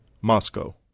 Moscow